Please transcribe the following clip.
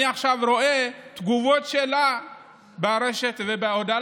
אני עכשיו רואה תגובות שלה ברשת ובהודעה